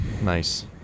Nice